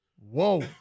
Whoa